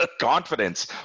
confidence